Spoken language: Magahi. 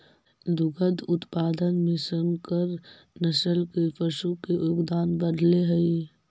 दुग्ध उत्पादन में संकर नस्ल के पशु के योगदान बढ़ले हइ